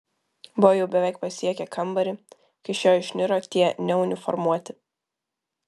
buvo jau beveik pasiekę kambarį kai iš jo išniro tie neuniformuoti